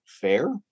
fair